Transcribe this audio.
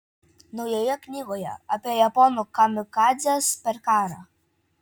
naujoje knygoje apie japonų kamikadzes per karą